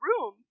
room